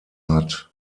hat